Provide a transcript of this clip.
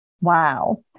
Wow